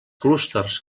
clústers